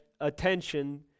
attention